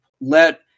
let